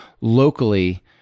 locally